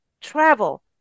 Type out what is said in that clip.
travel